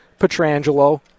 Petrangelo